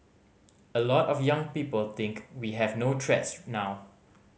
a lot of young people think we have no threats now